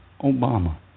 Obama